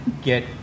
get